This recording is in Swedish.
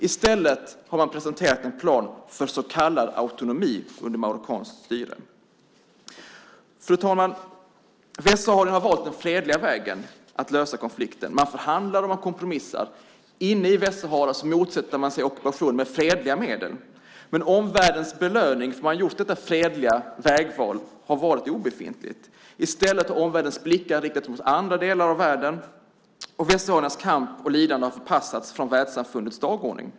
I stället har man presenterat en plan för så kallad autonomi under marockanskt styre. Fru talman! Västsaharierna har valt den fredliga vägen att lösa konflikten. Man förhandlar och kompromissar. Inne i Västsahara motsätter man sig ockupationen med fredliga medel. Men omvärldens belöning för detta fredliga vägval har varit obefintlig. I stället har omvärldens blickar riktats mot andra delar av världen, och västsahariernas kamp och lidande har förpassats från världssamfundets dagordning.